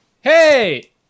Hey